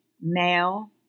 male